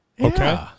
Okay